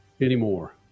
anymore